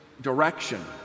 direction